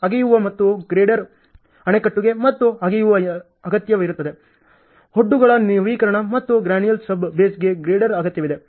ಅಗೆಯುವ ಮತ್ತು ಗ್ರೇಡರ್ ಅಣೆಕಟ್ಟುಗೆ ಮತ್ತೆ ಅಗೆಯುವ ಅಗತ್ಯವಿರುತ್ತದೆ ಒಡ್ಡುಗಳ ನವೀಕರಣ ಮತ್ತು ಗ್ರಾನುಲಾರ್ ಸಬ್ ಬೇಸ್ಗಾಗಿ ಗ್ರೇಡರ್ ಅಗತ್ಯವಿದೆ